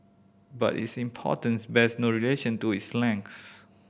but its importance bears no relation to its length